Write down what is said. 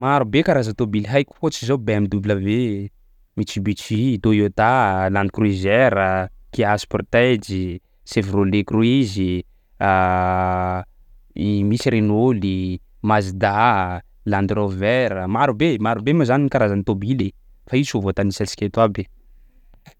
Marobe karaza tômbily haiko ogatsy zao: BMW, Mitsubishi, Toyota, Land Cruiser, Kia Sportage, Chevrolet Cruise, misy i- misy Renault i, Mazda, Land Rover. Marobe marobe moa zany ny karazany tôbily e fa io tsy ho voatanisantsika eto aby.